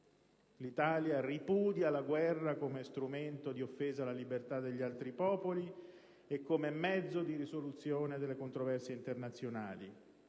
«L'Italia ripudia la guerra come strumento di offesa alla libertà degli altri popoli e come mezzo di risoluzione delle controversie internazionali;»